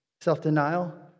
Self-denial